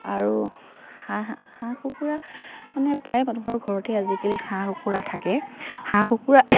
আৰু হাঁহ কুকুৰা মানে প্ৰায় মানুহৰ ঘৰতেই আজিকালি হাঁহ কুকুৰা থাকে হাঁহ কুকুৰা